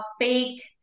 fake